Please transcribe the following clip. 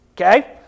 Okay